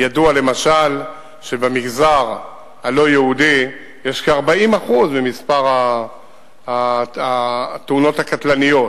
ידוע למשל שבמגזר הלא-יהודי יש כ-40% ממספר התאונות הקטלניות.